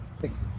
Thanks